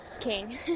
king